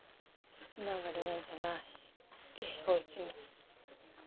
इतना बढ़ियाँ जगह है कि होइ की नहीं